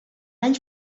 anys